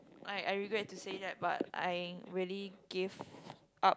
I I regret to say that but I really gave up